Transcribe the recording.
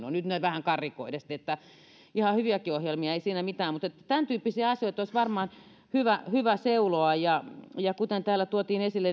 on vähän näin karrikoidusti ihan hyviäkin ohjelmia on ei siinä mitään mutta tämäntyyppisiä asioita olisi varmaan hyvä hyvä seuloa kuten täällä tuotiin esille